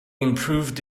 improved